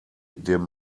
dem